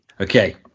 Okay